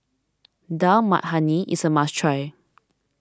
Dal Makhani is a must try